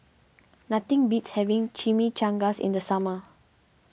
nothing beats having Chimichangas in the summer